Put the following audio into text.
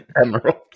emerald